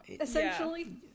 Essentially